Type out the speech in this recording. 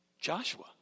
Joshua